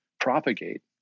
propagate